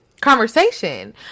conversation